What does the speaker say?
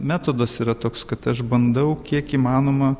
metodas yra toks kad aš bandau kiek įmanoma